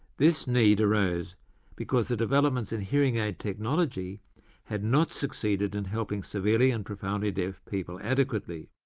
this need arose because the developments in hearing-aid technology had not succeeded in helping severely and profoundly deaf people adequately